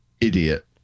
idiot